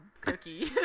cookie